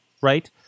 Right